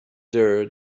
there